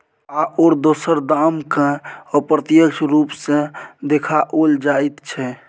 आओर दोसर दामकेँ अप्रत्यक्ष रूप सँ देखाओल जाइत छै